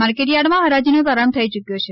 માર્કેટયાર્ડમાં હરાજીનો પ્રારંભ થઇ ચૂકથો છે